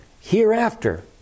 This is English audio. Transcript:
hereafter